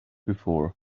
before